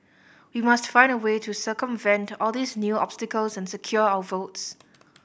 we must find a way to circumvent all these new obstacles and secure our votes